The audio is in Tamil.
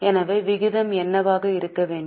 எனவே விகிதம் என்னவாக இருக்க வேண்டும்